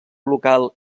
local